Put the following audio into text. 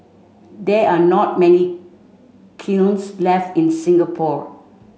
there are not many kilns left in Singapore